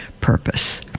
purpose